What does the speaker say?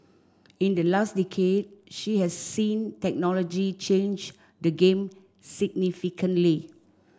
in the last decade she has seen technology change the game significantly